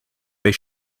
they